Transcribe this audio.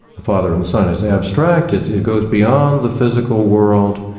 the father and the son. it's abstract, it it goes beyond the physical world,